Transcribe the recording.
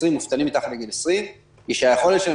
מובטלים מתחת לגיל 20 היא שהיכולת שלהם